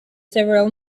several